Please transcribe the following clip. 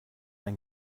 ein